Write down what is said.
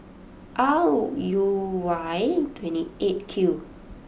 R U Y twenty eight Q